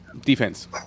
defense